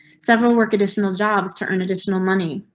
several work additional jobs to earn additional money.